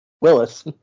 Willis